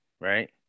right